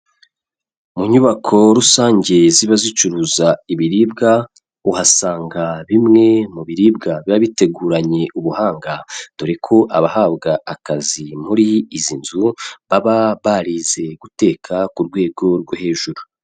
Mu nyubako rusange ziba zicuruza ibiribwa, uhasanga bimwe mu biribwa biba biteguranye ubuhanga, dore ko abahabwa akazi muri izi nzu, baba barize guteka ku rwego rwo hejuru.